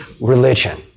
religion